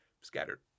scattered